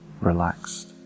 relaxed